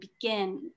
begin